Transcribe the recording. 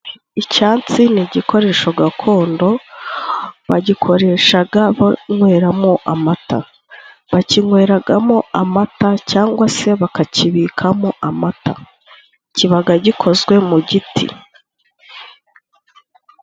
Icyansi ni igikoresho gakondo, bagikoreshaga banyweramo amata. Bakinyweragamo amata cyangwa se bakakibikamo amata. Kibaga gikozwe mu giti.